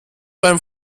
beim